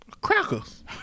crackers